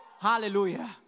Hallelujah